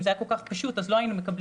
אם זה היה כל כך פשוט אז לא היינו מקבלים,